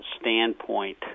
standpoint